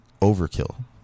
overkill